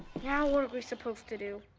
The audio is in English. now what are we supposed to do?